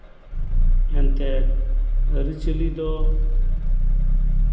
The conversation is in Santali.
ᱮᱱᱛᱮᱛ ᱟᱹᱨᱚᱪᱟᱞᱤ ᱫᱚ